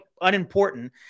unimportant